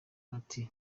ati